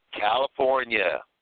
California